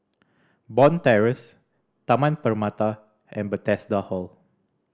Bond Terrace Taman Permata and Bethesda Hall